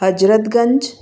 Hazratganj